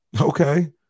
Okay